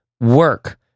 work